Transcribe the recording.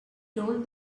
told